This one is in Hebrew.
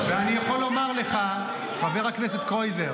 -- ואני יכול לומר לך, חבר הכנסת קרויזר